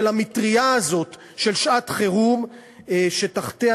של המטרייה הזאת של שעת-חירום שתחתיה